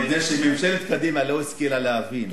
מפני שממשלת קדימה לא השכילה להבין.